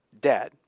dead